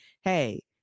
hey